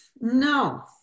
no